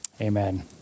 Amen